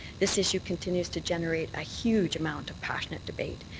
this issue continues to generate a huge amount of passionate debate.